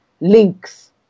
links